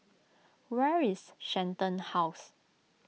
where is Shenton House